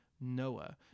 Noah